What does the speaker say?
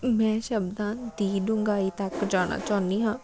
ਮੈਂ ਸ਼ਬਦਾਂ ਦੀ ਡੂੰਘਾਈ ਤੱਕ ਜਾਣਾ ਚਾਹੁੰਦੀ ਹਾਂ